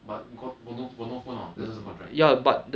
but got got no got no phone orh that's just the contract